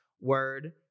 word